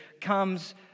comes